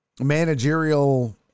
managerial